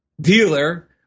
dealer